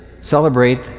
celebrate